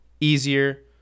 easier